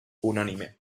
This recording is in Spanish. unánime